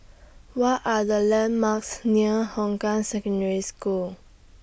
What Are The landmarks near Hong Kah Secondary School